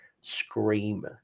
scream